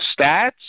stats